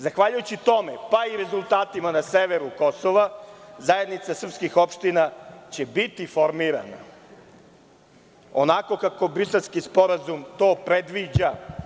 Zahvaljujući tome, pa i rezultatima na severu Kosova, zajednica srpskih opština će biti formirana onako kako Briselski sporazum to predviđa.